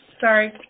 Sorry